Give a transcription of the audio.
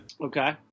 Okay